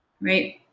Right